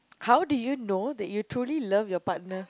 how do you know that you truly love your partner